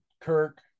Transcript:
Kirk